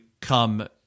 come